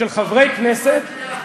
של חברי כנסת, "תרגיל מסריח"